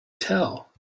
tell